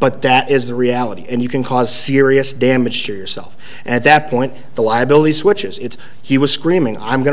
but that is the reality and you can cause serious damage to yourself at that point the liabilities which is it's he was screaming i'm go